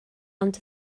ond